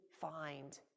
find